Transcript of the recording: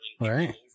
Right